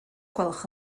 gwelwch